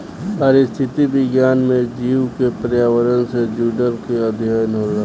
पारिस्थितिक विज्ञान में जीव के पर्यावरण से जुड़ाव के अध्ययन होला